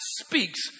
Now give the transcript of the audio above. speaks